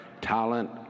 talent